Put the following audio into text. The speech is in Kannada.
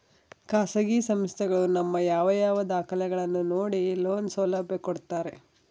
ಖಾಸಗಿ ಸಂಸ್ಥೆಗಳು ನಮ್ಮ ಯಾವ ಯಾವ ದಾಖಲೆಗಳನ್ನು ನೋಡಿ ಲೋನ್ ಸೌಲಭ್ಯ ಕೊಡ್ತಾರೆ?